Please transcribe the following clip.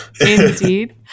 Indeed